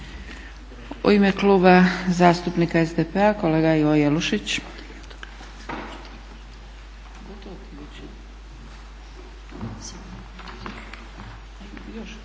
U ime Kluba zastupnika SDP-a kolega Ivo Jelušić.